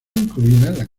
incluida